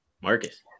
Marcus